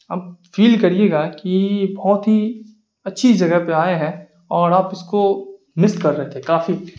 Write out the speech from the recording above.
آپ فیل کریے گا کہ بہت ہی اچھی جگہ پہ آئے ہیں اور آپ اس کو مس کر رہے تھے کافی